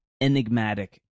enigmatic